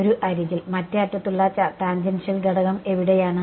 ഒരു അരികിൽ മറ്റേ അറ്റത്തുള്ള ടാൻജൻഷ്യൽ ഘടകം എവിടെയാണ്